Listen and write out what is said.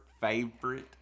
favorite